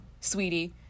sweetie